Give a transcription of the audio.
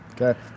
Okay